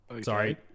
Sorry